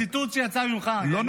זה ציטוט שיצא ממך, ניסים ואטורי.